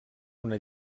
una